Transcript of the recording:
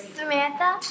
Samantha